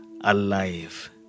alive